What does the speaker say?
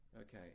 okay